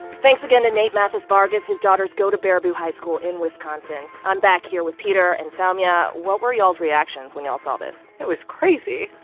thanks again to nate mathis-vargas. his daughters go to baraboo high school in wisconsin. i'm back here with peter and soumya. what were y'all's reactions when y'all saw this? it was crazy.